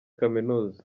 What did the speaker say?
kaminuza